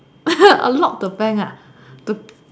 rob the bank ah the